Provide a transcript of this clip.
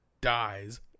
dies